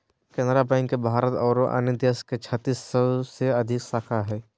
Canara bank के भारत आरो अन्य देश में छत्तीस सौ से अधिक शाखा हइ